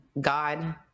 God